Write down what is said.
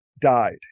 died